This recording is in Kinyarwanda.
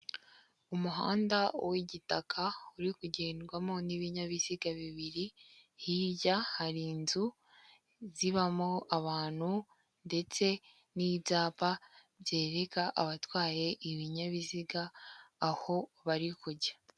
Umuhanda w'igitaka uri kugendwamo n'ibinyabiziga bibiri, hirya hari inzu zibamo abantu ndetse n'ibyapa byereka abatwaye ibinyabiziga aho bari kujya.